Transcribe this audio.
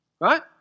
Right